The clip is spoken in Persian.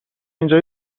اینجا